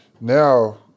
now